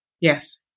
Yes